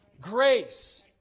Grace